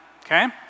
Okay